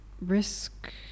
risk